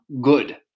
good